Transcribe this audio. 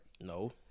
No